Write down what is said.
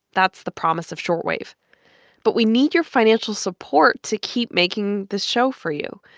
that's the promise of short wave but we need your financial support to keep making the show for you.